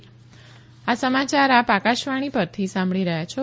corona appeal આ સમાચાર આપ આકાશવાણી પરથી સાંભળી રહ્યા છો